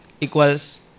equals